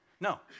No